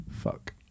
fuck